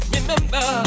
Remember